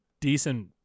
decent